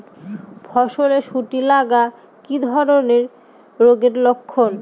ফসলে শুটি লাগা কি ধরনের রোগের লক্ষণ?